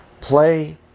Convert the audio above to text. play